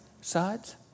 sides